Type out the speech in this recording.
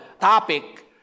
topic